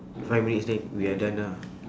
five minutes then we are done lah